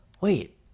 wait